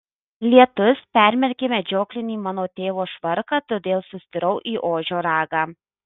lietus permerkė medžioklinį mano tėvo švarką todėl sustirau į ožio ragą